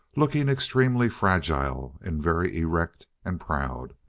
looking extremely fragile and very erect and proud.